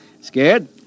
Scared